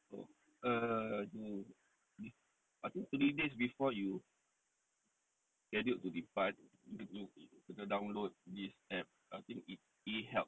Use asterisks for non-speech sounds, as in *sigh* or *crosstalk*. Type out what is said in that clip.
oh err *noise* to I think three days before you schedule to depart you you better download this app I think it's a help